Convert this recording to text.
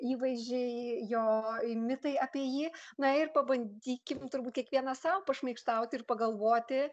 įvaizdžiai jo mitai apie jį na ir pabandykim turbūt kiekvienas sau pašmaikštauti ir pagalvoti